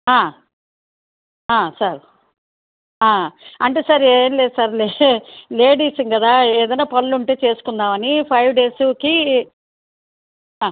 sir అంటే sir ఏంలేదు sir లేడీసింగదా ఏదన్నా పన్లుంటే చేసుకుందామని ఫైవ్ డేసుకి